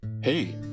hey